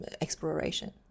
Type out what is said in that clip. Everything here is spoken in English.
exploration